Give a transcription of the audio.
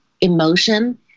emotion